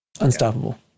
Unstoppable